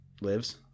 Lives